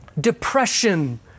depression